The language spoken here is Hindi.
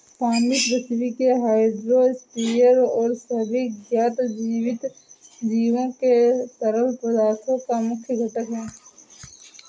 पानी पृथ्वी के हाइड्रोस्फीयर और सभी ज्ञात जीवित जीवों के तरल पदार्थों का मुख्य घटक है